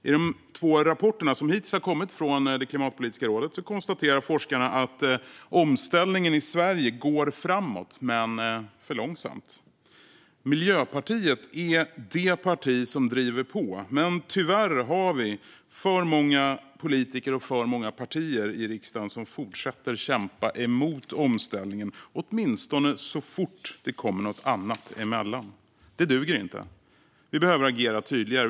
I de två rapporter som hittills kommit från Klimatpolitiska rådet konstaterar forskarna att omställningen i Sverige går framåt, men för långsamt. Miljöpartiet är det parti som driver på, men tyvärr har vi för många politiker och för många partier i riksdagen som fortsätter att kämpa emot omställningen, åtminstone så fort det kommer något annat emellan. Det duger inte. Vi behöver agera tydligare.